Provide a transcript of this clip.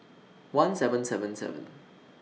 one seven seven seven